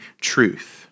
truth